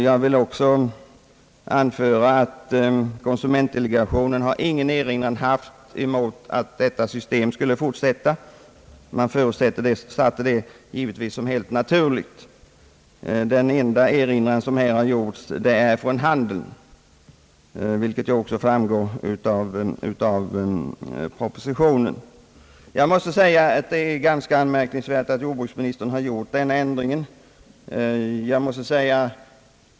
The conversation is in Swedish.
Jag vill också anföra att konsumentdelegationen inte har haft någon erinran emot att systemet skulle fortsätta; det ansågs tvärtom vara helt naturligt. Den enda erinran som gjorts kommer från handeln, vilket också framgår av propositionen. Jag finner det ganska anmärkningsvärt att jordbruksministern föreslagit denna ändring.